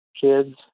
kids